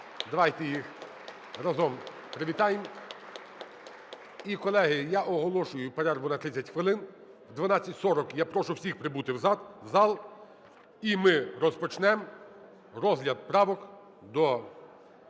Давайте їх разом привітаємо. (Оплески) І, колеги, я оголошую перерву на 30 хвилин. О 12:40 я прошу всіх прибути в зал, і ми розпочнемо розгляд правок до Закону